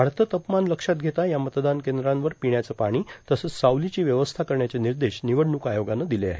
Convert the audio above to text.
वाढतं तापमान लक्षात घेता या मतदान कद्रांवर र्पण्याचं पाणी तसंच सावलांची व्यवस्था करण्याचे र्मनदश र्णानवडणूक आयोगानं र्दिले आहेत